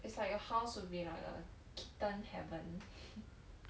it's like your house will be like a kitten heaven